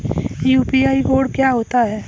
UPI code क्या होता है?